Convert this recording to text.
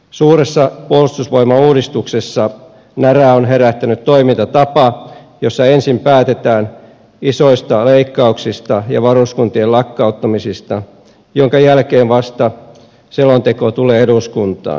suuressa puolustusvoimauudistuksessa närää on herättänyt toimintatapa jossa ensin päätetään isoista leikkauksista ja varuskuntien lakkauttamisista minkä jälkeen vasta selonteko tulee eduskuntaan